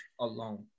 alone